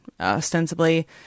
ostensibly